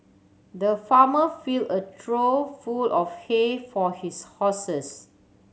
the farmer fill a trough full of hay for his horses